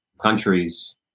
countries